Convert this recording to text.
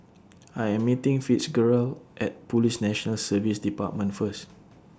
I Am meeting Fitzgerald At Police National Service department First